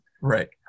Right